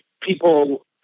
people